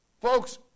Folks